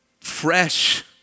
fresh